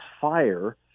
fire